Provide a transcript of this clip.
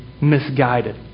misguided